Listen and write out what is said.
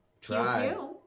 Try